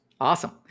Awesome